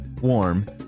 warm